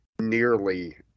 Nearly